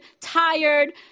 tired